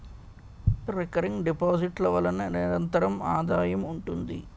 recurring deposit ల వలన నిరంతర ఆదాయం ఉంటుంది